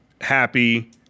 Happy